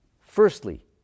firstly